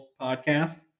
podcast